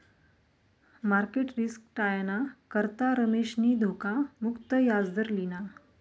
market risk टायाना करता रमेशनी धोखा मुक्त याजदर लिना